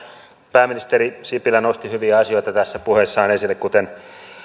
pääministeri sipilä nosti hyviä asioita puheessaan esille kuten